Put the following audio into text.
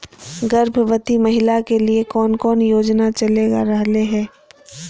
गर्भवती महिला के लिए कौन कौन योजना चलेगा रहले है?